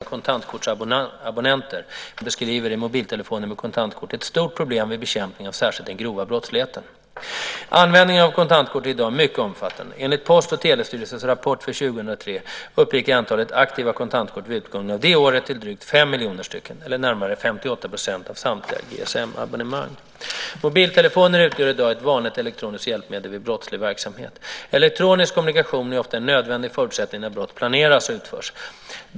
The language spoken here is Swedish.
Fru talman! Yvonne Andersson har frågat mig vilka åtgärder jag avser att vidta för att komma åt problemen med anonyma kontantkortsabonnenter. Precis som Yvonne Andersson beskriver är mobiltelefoner med kontantkort ett stort problem vid bekämpning av särskilt den grova brottsligheten. Användningen av kontantkort är i dag mycket omfattande. Enligt Post och telestyrelsens rapport för 2003 uppgick antalet aktiva kontantkort vid utgången av det året till drygt fem miljoner stycken, eller närmare 58 % av samtliga GSM-abonnemang. Mobiltelefoner utgör i dag ett vanligt elektroniskt hjälpmedel vid brottslig verksamhet. Elektronisk kommunikation är ofta en nödvändig förutsättning när brott planeras och utförs.